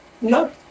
no